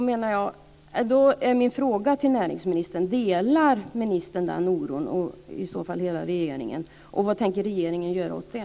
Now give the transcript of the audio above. Min fråga till näringsministern är om han och hela regeringen delar den oron. Vad tänker regeringen i så fall göra åt det?